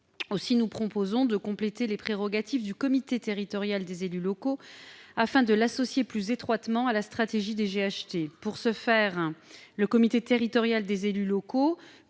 a pour objet de compléter les prérogatives du comité territorial des élus locaux afin de l'associer plus étroitement à l'élaboration de la stratégie des GHT. Pour ce faire, le comité territorial des élus locaux